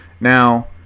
now